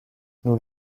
nous